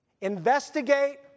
Investigate